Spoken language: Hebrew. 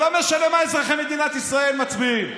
זה לא משנה מה אזרחי מדינת ישראל מצביעים.